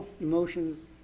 emotions